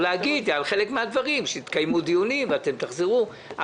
או להגיד על חלק הדברים שיתקיימו דיונים ואתם תחזרו אלינו.